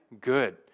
good